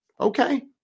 okay